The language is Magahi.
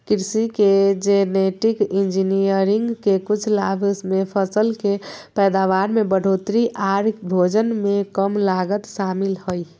कृषि मे जेनेटिक इंजीनियरिंग के कुछ लाभ मे फसल के पैदावार में बढ़ोतरी आर भोजन के कम लागत शामिल हय